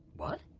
what.